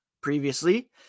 previously